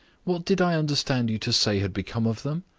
what did i understand you to say had become of them?